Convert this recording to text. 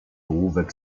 ołówek